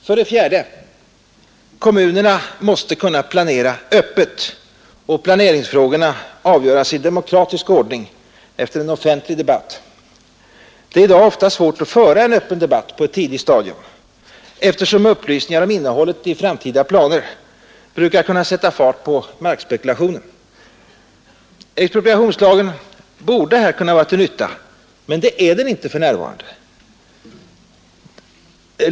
För det fjärde måste kommunerna kunna planera öppet, och planeringsfrågorna måste kunna avgöras i demokratisk ordning efter offentlig debatt. Det är i dag ofta svårt att föra en öppen debatt på ett tidigt stadium, eftersom upplysningar om innehållet i framtida planer brukar kunna sätta fart på markspekulationen. Expropriationslagen borde här kunna vara till nytta, men det är den inte för närvarande.